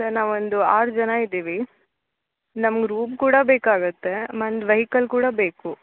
sir ನಾವೊಂದು ಆರು ಜನ ಇದ್ದೀವಿ ನಮ್ಗೆ ರೂಮ್ ಕೂಡ ಬೇಕಾಗುತ್ತೆ ಒಂದು ವೆಹಿಕಲ್ ಕೂಡ ಬೇಕು